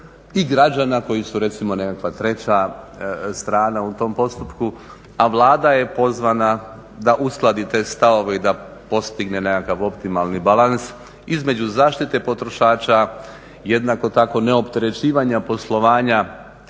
i građana koji su recimo nekakva treća strana u tom postupku, a Vlada je pozvana da uskladi te stavove i da postigne nekakav optimalni balans između zaštite potrošača, jednako tako neopterećivanja poslovanja